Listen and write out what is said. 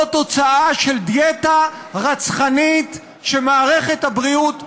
זה תוצאה של דיאטה רצחנית שמערכת הבריאות עוברת.